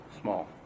small